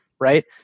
right